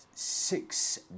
six